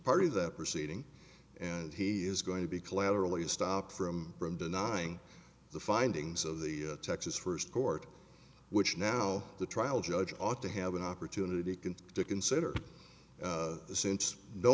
of that proceeding and he is going to be collaterally stopped from from denying the findings of the texas first court which now the trial judge ought to have an opportunity can to consider since no